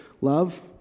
love